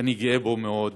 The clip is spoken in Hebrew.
שאני גאה בו מאוד,